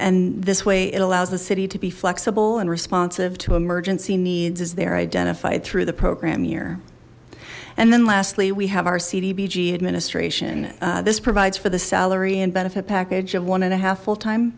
and this way it allows the city to be flexible and responsive to emergency needs as they're identified through the program year and then lastly we have our cdbg administration this provides for the salary and benefit package of one and a half full time